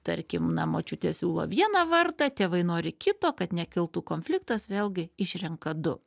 tarkim na močiutė siūlo vieną vardą tėvai nori kito kad nekiltų konfliktas vėlgi išrenka du